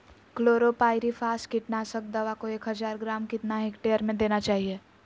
Chlorpyrifos कीटनाशक दवा को एक हज़ार ग्राम कितना हेक्टेयर में देना चाहिए?